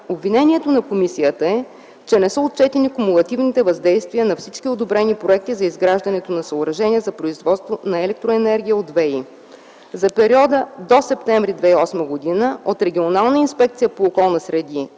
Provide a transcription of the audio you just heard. Обвинението на комисията е, че не са отчетени кумулативните въздействия на всички одобрени проекти за изграждането на съоръжения за производство на електроенергия от възобновяеми източници. За периода до м. септември 2008 г. от Регионална инспекция по околната среда